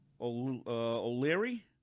O'Leary